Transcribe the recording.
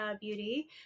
Beauty